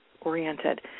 oriented